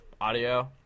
audio